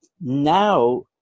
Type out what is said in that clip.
now